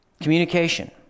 Communication